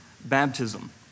baptism